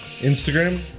Instagram